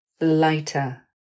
Lighter